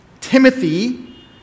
Timothy